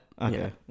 Okay